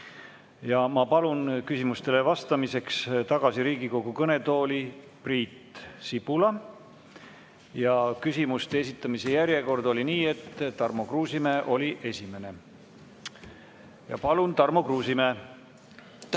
Ma palun küsimustele vastamiseks tagasi Riigikogu kõnetooli Priit Sibula. Ja küsimuste esitajate järjekord oli selline, et Tarmo Kruusimäe oli esimene. Palun, Tarmo Kruusimäe! Tänan,